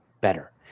better